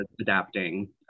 adapting